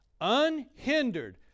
unhindered